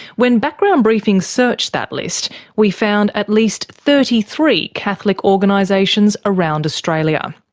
when background briefing searched that list we found at least thirty three catholic organisations around australia.